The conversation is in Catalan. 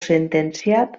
sentenciat